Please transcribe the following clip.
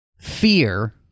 fear